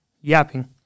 yapping